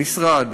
המשרד,